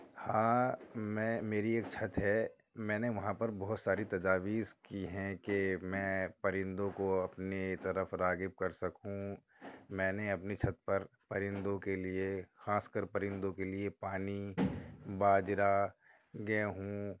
ہاں میں میری ایک چھت ہے میں نے وہاں پر بہت ساری تجاویز کی ہے کہ میں پرندوں کو اپنی طرف راغب کر سکوں میں نے اپنی چھت پر پرندوں کے لیے خاص کر پرندوں کے لیے پانی باجرہ گیہوں